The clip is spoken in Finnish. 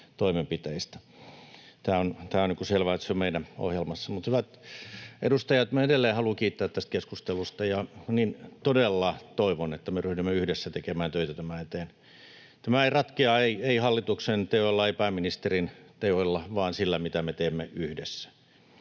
Tämä on selvä, että se on meidän ohjelmassamme. Hyvät edustajat! Minä edelleen haluan kiittää tästä keskustelusta ja niin todella toivon, että me ryhdymme yhdessä tekemään töitä tämän eteen. Tämä ei ratkea hallituksen teoilla, ei pääministerin teoilla vaan sillä, mitä me teemme yhdessä.